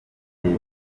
igihe